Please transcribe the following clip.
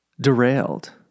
derailed